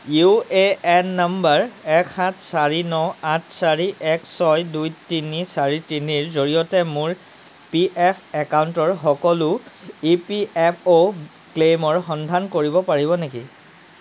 UAN number এক সাত চাৰি ন আঠ চাৰি এক ছয় দুই তিনি চাৰি তিনিৰ জৰিয়তে মোৰ পিএফ একাউণ্টৰ সকলো ইপিএফঅ' ক্লেইমৰ সন্ধান কৰিব পাৰিব নেকি